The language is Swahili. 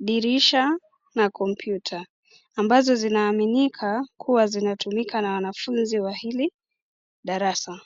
dirisha na kompyuta ambazo zina aminika kuwa zina tumika na wanafunzi wa hili darasa.